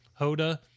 Hoda